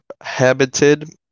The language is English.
habited